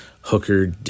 Hooker